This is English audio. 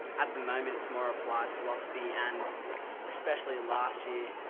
at the moment it's more applied philosophy, and especially last year,